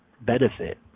benefit